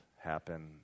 happen